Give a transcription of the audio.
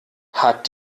hat